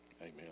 Amen